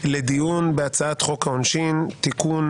לדיון בהצעת חוק העונשין (תיקון